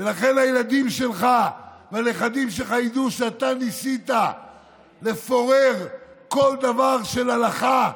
לכן הילדים שלך והנכדים שלך ידעו שאתה ניסית לפורר כל דבר של הלכה.